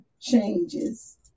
changes